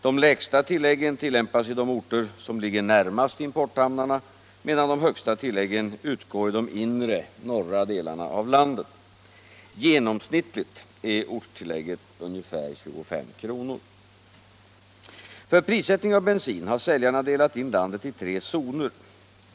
De lägsta tilläggen tillämpas i de orter som ligger närmast importhamnarna, medan de högsta tilläggen utgår i de inre, norra delarna av landet. Genomsnittligt är ortstillägget 25 kr. För prissättning av bensin har säljarna delat in landet i tre zoner.